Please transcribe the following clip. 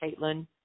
Caitlin